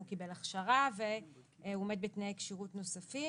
הוא קיבל הכשרה והוא עומד בתנאי כשירות נוספים.